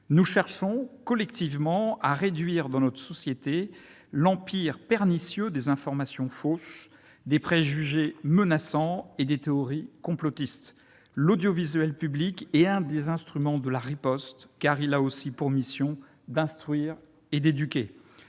Nous cherchons, collectivement, à réduire dans notre société l'empire pernicieux des informations fausses, des préjugés menaçants et des théories complotistes. L'audiovisuel public est l'un des instruments de la riposte, car il a aussi pour mission d'instruire et d'éduquer.